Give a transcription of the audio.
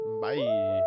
Bye